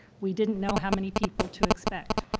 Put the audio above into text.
we didn't know how many people to expect.